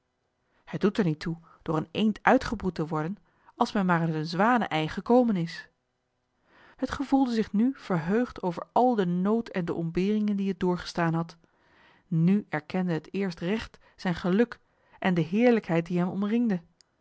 het doet er niet toe door een eend uitgebroed te worden als men maar uit een zwanenei gekomen is het gevoelde zich nu verheugd over al den nood en de ontberingen die het doorgestaan had nu erkende het eerst recht zijn geluk en de heerlijkheid die hem omringde